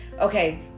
okay